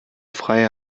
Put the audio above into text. frei